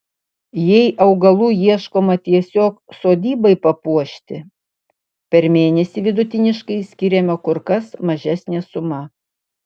jei augalų ieškoma tiesiog sodybai papuošti per mėnesį vidutiniškai skiriama kur kas mažesnė suma